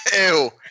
Ew